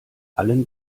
allen